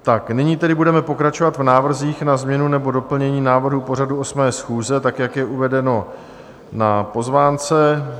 Tak nyní tedy budeme pokračovat v návrzích na změnu nebo doplnění návrhu pořadu 8. schůze, tak jak je uvedeno na pozvánce.